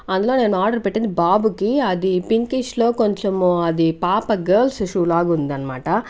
అందులో నేను ఆర్డర్ పెట్టింది బాబుకి అది పింకిష్లో కొంచెం అది పాప గర్ల్స్ షూ లాగా ఉందనమాట